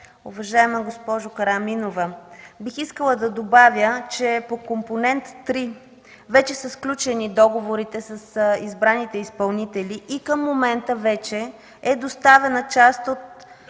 Уважаема госпожо Караминова, бих искала да добавя, че по Компонент три вече са сключени договорите с избраните изпълнители и към момента е доставена част от